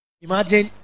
Imagine